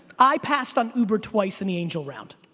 i passed on uber twice in the angel round.